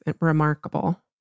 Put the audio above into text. remarkable